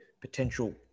potential